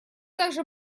также